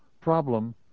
problem